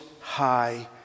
high